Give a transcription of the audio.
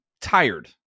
tired